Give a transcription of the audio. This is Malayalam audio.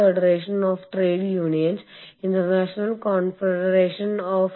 കൂടാതെ നിങ്ങൾ ഫേം Y Z എന്നിവയുമായും അവയുടെ അനുബന്ധ സ്ഥാപനങ്ങളുമായും മത്സരിക്കേണ്ടതുണ്ട്